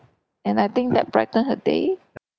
and I think that brightened her day